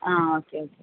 ആ okay okay